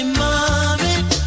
mommy